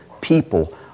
people